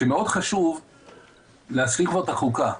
שמאוד חשוב להשלים את החוקה.